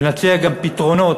ונציג גם פתרונות